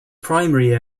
primary